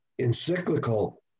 encyclical